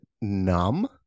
numb